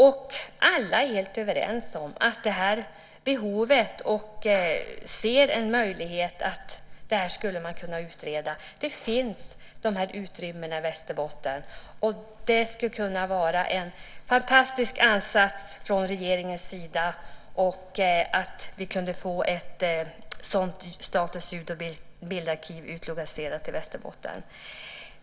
Och alla är helt överens om detta behov och ser en möjlighet till att detta skulle kunna utredas. Dessa utrymmen finns i Västerbotten. Och det skulle kunna vara en fantastisk ansats från regeringens sida om vi kunde få Statens ljud och bildarkiv utlokaliserat till Västerbotten.